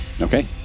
Okay